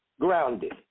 grounded